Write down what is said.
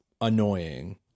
annoying